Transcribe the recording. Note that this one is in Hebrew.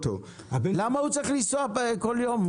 למה הוא צריך לנסוע כל יום?